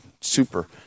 super